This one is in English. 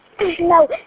No